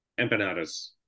Empanadas